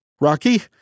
Rocky